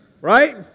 Right